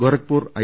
Gorakhpur I